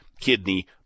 kidney